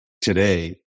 today